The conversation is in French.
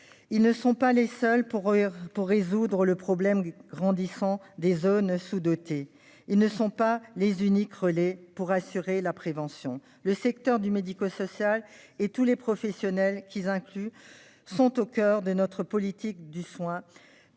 ils ne sont pas les seuls pour résoudre le problème grandissant des zones sous-dotées ; ils ne sont pas les uniques relais pour assurer la prévention. Le secteur du médico-social et tous les professionnels qu'il comprend sont au coeur de notre politique du soin dans